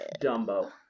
Dumbo